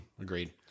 Agreed